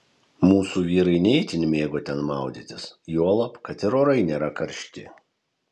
mūsų vyrai ne itin mėgo ten maudytis juolab kad ir orai nėra karšti